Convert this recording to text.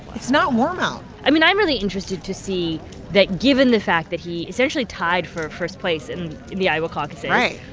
it's not warm out i mean, i'm really interested to see that, given the fact that he essentially tied for first place in the iowa caucuses. right.